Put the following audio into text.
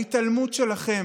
ההתעלמות שלכם,